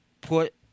put